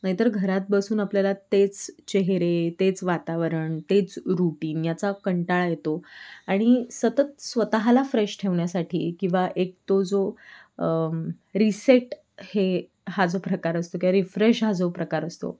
नाही तर घरात बसून आपल्याला तेच चेहरे तेच वातावरण तेच रुटीन याचा कंटाळा येतो आणि सतत स्वतःला फ्रेश ठेवण्यासाठी किंवा एक तो जो रीसेट हे हा जो प्रकार असतो किंवा रिफ्रेश हा जो प्रकार असतो